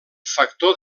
factor